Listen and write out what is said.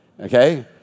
Okay